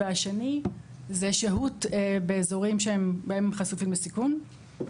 והשני זה שהות באזורים שהם בהם חשופים לסיכון.